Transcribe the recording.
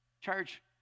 Church